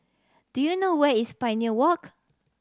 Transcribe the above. do you know where is Pioneer Walk